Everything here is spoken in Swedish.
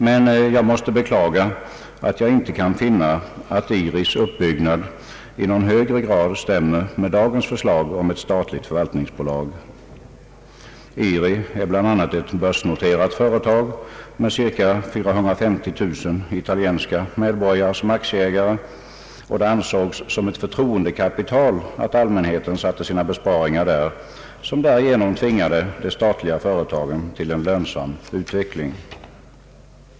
Jag måste emellertid beklaga att jag inte kan finna att IRI:s uppbyggnad i någon högre grad stämmer överens med dagens förslag om ett statligt förvaltningsbolag. IRI är bl.a. ett börsnoterat företag med ca 450 000 italienska medborgare som aktieägare. Det ansågs som ett förtroendekapital när allmänheten satte in sina besparingar där, vilket tvingade de statliga företagen till en lönsam utveckling.